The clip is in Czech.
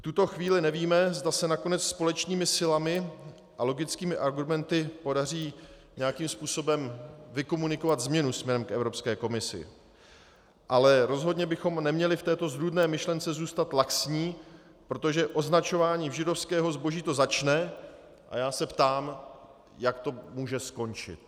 V tuto chvíli nevíme, zda se nakonec společnými silami a logickými argumenty podaří nějakým způsobem vykomunikovat změnu směrem k Evropské komisi, ale rozhodně bychom neměli k této zrůdné myšlence zůstat laxní, protože označováním židovského zboží to začne a já se ptám, jak to může skončit.